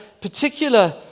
particular